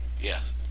Yes